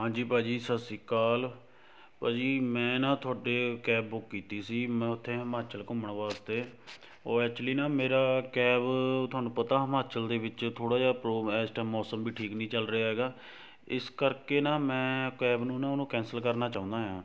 ਹਾਂਜੀ ਭਾਅ ਜੀ ਸਤਿ ਸ਼੍ਰੀ ਅਕਾਲ ਭਾਅ ਜੀ ਮੈਂ ਨਾ ਤੁਹਾਡੇ ਕੈਬ ਬੁੱਕ ਕੀਤੀ ਸੀ ਮੈਂ ਉੱਥੇ ਹਿਮਾਚਲ ਘੁੰਮਣ ਵਾਸਤੇ ਉਹ ਐਕਚੁਲੀ ਨਾ ਮੇਰਾ ਕੈਬ ਤੁਹਾਨੂੰ ਪਤਾ ਹਿਮਾਚਲ ਦੇ ਵਿੱਚ ਥੋੜ੍ਹਾ ਜਿਹਾ ਪ੍ਰੋ ਇਸ ਟਾਇਮ ਮੌਸਮ ਵੀ ਠੀਕ ਨਹੀਂ ਚੱਲ ਰਿਹਾ ਹੈਗਾ ਇਸ ਕਰਕੇ ਨਾ ਮੈਂ ਕੈਬ ਨੂੰ ਨਾ ਉਹਨੂੰ ਕੈਂਸਲ ਕਰਨਾ ਚਾਹੁੰਦਾ ਹਾਂ